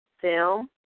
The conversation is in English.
film